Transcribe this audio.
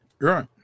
Right